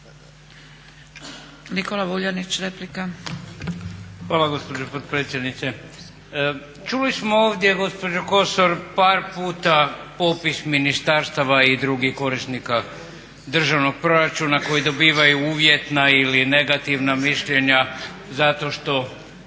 Nikola (Nezavisni)** Hvala gospođo potpredsjednice. Čuli smo ovdje gospođo Kosor par puta popis ministarstava i drugih korisnika državnog proračuna koji dobivaju uvjetna ili negativna mišljenja zato što